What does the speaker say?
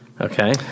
Okay